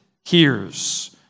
hears